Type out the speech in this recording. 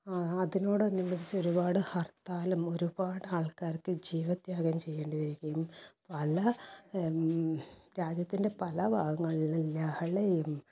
അതിനോടനുബന്ധിച്ച് ഒരുപാട് ഹർത്താലും ഒരുപാട് ആൾക്കാർക്ക് ജീവത്യാഗം ചെയ്യേണ്ടി വരികയും പല രാജ്യത്തിൻ്റെ പല ഭാഗങ്ങളിലുള്ള ലഹളയും